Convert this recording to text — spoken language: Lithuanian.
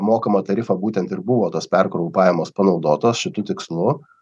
mokamą tarifą būtent ir buvo tos perkrovų pajamos panaudotos šitu tikslu